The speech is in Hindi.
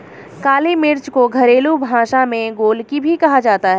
काली मिर्च को घरेलु भाषा में गोलकी भी कहा जाता है